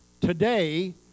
today